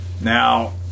Now